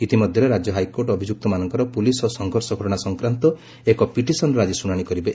ଇତିମଧ୍ୟରେ ରାଜ୍ୟ ହାଇକୋର୍ଟ ଅଭିଯୁକ୍ତମାନଙ୍କର ପୁଲିସ ସହ ସଂଘର୍ଷ ଘଟଣା ସଂକ୍ରାନ୍ତ ଏକ ପିଟିସନର ଆକି ଶୁଣାଣି କରିବେ